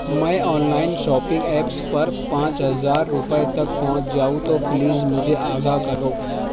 میں online shopping apps پر پانچ ہزار روپے تک پہنچ جاؤں تو پلیز مجھے آگاہ کرو